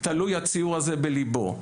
תלוי הציור הזה בליבו.